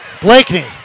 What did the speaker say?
Blakeney